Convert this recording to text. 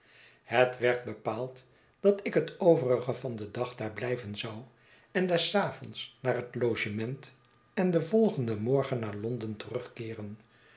het werd bepaald dat ik het overige van den dag daar blijven zou en des avonds naar het logement en den volgenden morgen naar londen terugkeeren